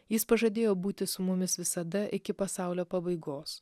jis pažadėjo būti su mumis visada iki pasaulio pabaigos